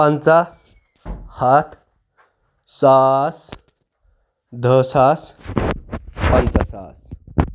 پنٛژاہ ہَتھ ساس دٔہ ساس پنٛژاہ ساس